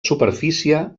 superfície